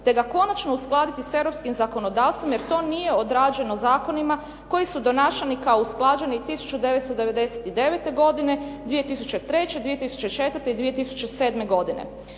te ga konačno uskladiti sa europskim zakonodavstvom jer to nije odrađeno zakonima koji su donašani kao usklađeni 1999. godine, 2003., 2004. i